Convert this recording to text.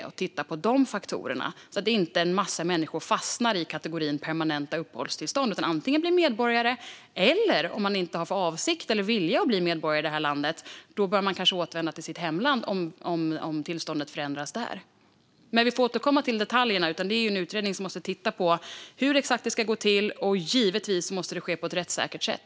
Vi vill titta på de faktorerna, så att inte en massa människor fastnar i kategorin permanenta uppehållstillstånd. Om man inte har avsikten eller viljan att bli medborgare i det här landet bör man kanske återvända till sitt hemland om tillståndet förändras där. Men vi får återkomma till detaljerna. En utredning måste titta på exakt hur det ska gå till, och givetvis måste det ske på ett rättssäkert sätt.